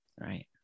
right